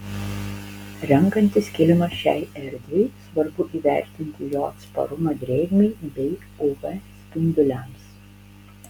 renkantis kilimą šiai erdvei svarbu įvertinti jo atsparumą drėgmei bei uv spinduliams